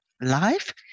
life